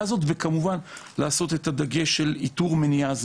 הזאת וכמובן לעשות את הדגש של איתור מניעה,